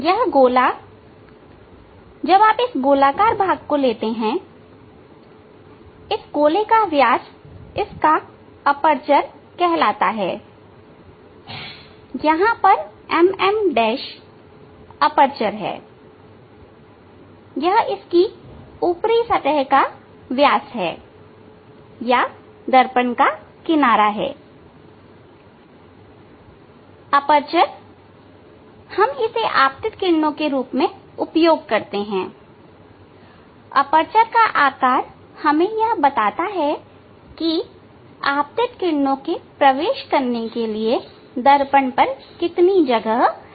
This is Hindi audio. यह गोला जब आप इस गोलाकार भाग को लेते हैंयह गोलाकार भागइस गोले का व्यास इसका अपर्चर कहलाता है यहां पर MM' अपर्चर है यह इसकी ऊपरी सतह का व्यास या दर्पण का किनारा है अपर्चर हम इसे आपतित किरणों के रूप में उपयोग करते हैं अपर्चर का आकार हमें यह बताता है आपतित किरणों के प्रवेश करने के लिए दर्पण पर कितनी जगह है